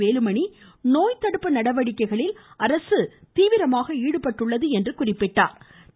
வேலுமணி நோய்தடுப்பு நடவடிக்கைகளில் அரசு தீவிரமாக ஈடுபட்டுள்ளது என்றார்